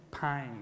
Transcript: pain